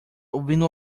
ouvindo